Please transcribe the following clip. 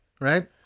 right